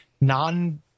non